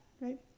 right